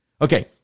Okay